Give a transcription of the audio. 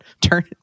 Turn